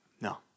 no